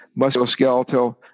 musculoskeletal